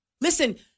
Listen